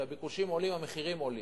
וכשהביקושים עולים המחירים עולים.